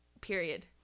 period